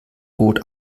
rot